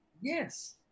Yes